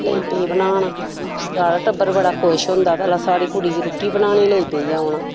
लेई पेई बनान सारा टब्बर बड़ा खुश होंदा भला साढ़ी कुड़ी गी रुट्टी बनाने लेई पेई ऐ औना